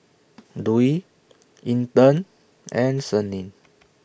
Dwi Intan and Senin